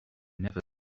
never